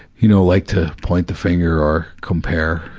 you know, like to point the finger or compare,